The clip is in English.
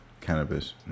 cannabis